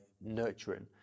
nurturing